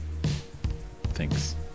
Thanks